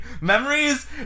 memories